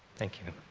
thank you.